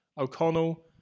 O'Connell